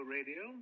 Radio